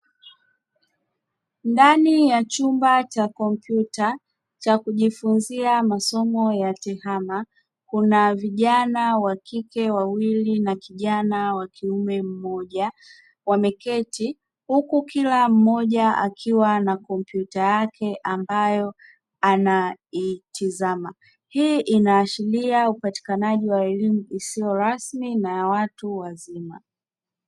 Ndani ya chumba cha kompyuta cha kujifunza masomo ya tehama, kuna vijana wa kike wawili na kijana wa kiume mmoja, wameketi huku kila mmoja akiwa na kompyuta yake ambayo anaitizama. Hii inaashiria upatikanaji wa elimu isiyo rasmi na watu wazima.